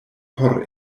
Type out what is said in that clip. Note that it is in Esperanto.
por